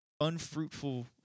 unfruitful